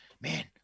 Man